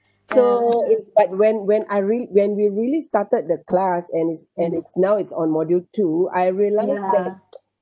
so it's like when when I really when we really started the class and it's and it's now it's on module two I realise that